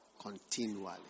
continually